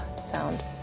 sound